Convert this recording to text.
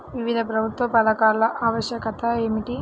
వివిధ ప్రభుత్వ పథకాల ఆవశ్యకత ఏమిటీ?